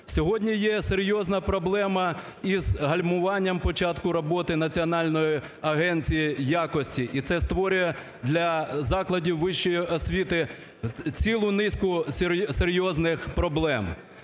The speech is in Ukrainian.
Сьогодні є серйозна проблема із гальмування початку роботи Національної агенції якості. І це створює для закладів вищої освіти цілу низку серйозних проблем.